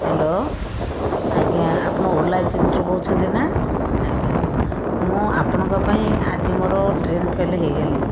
hello ଆଜ୍ଞା ଆପଣ Ola ଏଜେନ୍ସିରୁ କହୁଛନ୍ତି ନା ଆଜ୍ଞା ମୁଁ ଆପଣଙ୍କ ପାଇଁ ଆଜି ମୋର ଟ୍ରେନ ଫେଲ ହୋଇଗଲି